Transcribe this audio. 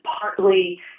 partly